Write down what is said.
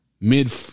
mid